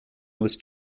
was